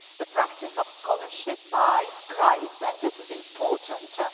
the practice of scholarship by scribes, and this is important,